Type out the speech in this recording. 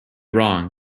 wrong